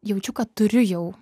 jaučiu kad turiu jau